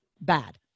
bad